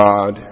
God